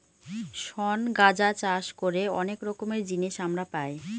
শন গাঁজা চাষ করে অনেক রকমের জিনিস আমরা পাই